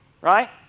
right